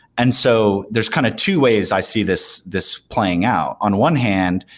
and so there's kind of two ways i see this this playing out. on one hand,